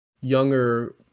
younger